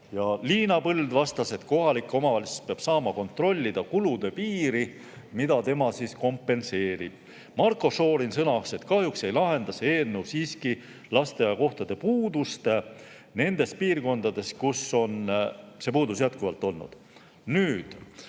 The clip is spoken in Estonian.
Ja Liina Põld vastas, et kohalik omavalitsus peab saama kontrollida kulude piiri, mida tema kompenseerib. Marko Šorin sõnas, et kahjuks ei lahenda see eelnõu siiski lasteaiakohtade puudust nendes piirkondades, kus on see puudus jätkuvalt olnud. Tõnis